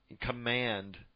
command